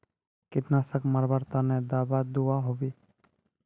कीटनाशक मरवार तने दाबा दुआहोबे?